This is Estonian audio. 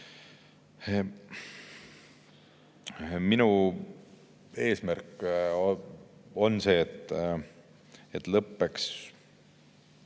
Minu eesmärk on see, et lõpeks